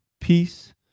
peace